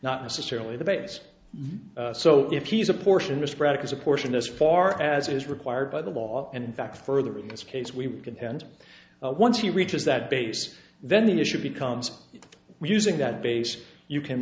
not necessarily the case so if he's a portion or sporadic is a portion as far as is required by the law and in fact further in this case we would contend once he reaches that base then the issue becomes when using that base you can